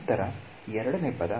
ನಂತರ ಎರಡನೇ ಪದ